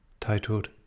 titled